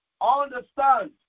understand